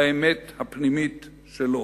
האמת הפנימית שלו.